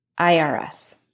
IRS